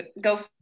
go